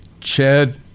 chad